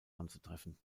anzutreffen